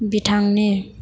बिथांनि